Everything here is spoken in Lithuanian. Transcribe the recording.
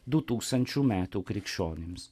du tūkstančių metų krikščionims